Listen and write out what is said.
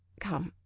come.